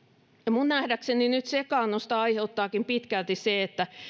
minun nähdäkseni nyt sekaannusta aiheuttaakin pitkälti se että